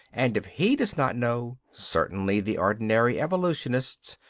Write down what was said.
and if he does not know, certainly the ordinary evolutionists,